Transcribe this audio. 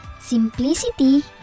simplicity